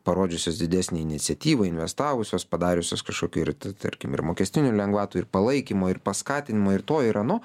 parodžiusios didesnę iniciatyvą investavusios padariusios kažkokių ir tarkim ir mokestinių lengvatų ir palaikymo ir paskatinimo ir to ir ano